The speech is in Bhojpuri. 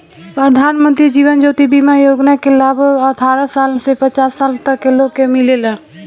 प्रधानमंत्री जीवन ज्योति बीमा योजना के लाभ अठारह साल से पचास साल तक के लोग के मिलेला